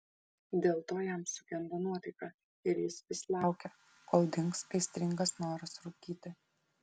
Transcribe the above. dėl to jam sugenda nuotaika ir jis vis laukia kol dings aistringas noras rūkyti